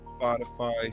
Spotify